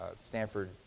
Stanford